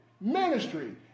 ministry